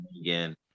again